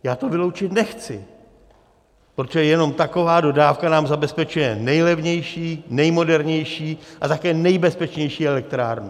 Já to vyloučit nechci, protože jenom taková dodávka nám zabezpečuje nejlevnější, nejmodernější a také nejbezpečnější elektrárnu.